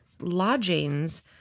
lodgings